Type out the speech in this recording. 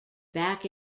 back